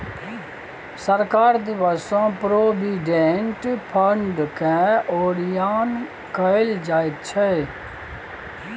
सरकार दिससँ प्रोविडेंट फंडकेँ ओरियान कएल जाइत छै